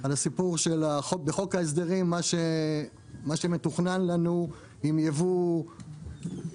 על מה שמתוכנן לנו בחוק ההסדרים עם יבוא פרוע